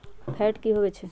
Fat की होवछै?